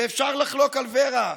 אפשר לחלוק על ור"ה,